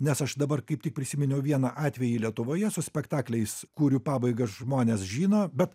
nes aš dabar kaip tik prisiminiau vieną atvejį lietuvoje su spektakliais kurių pabaigą žmonės žino bet